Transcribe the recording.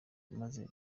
maze